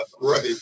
Right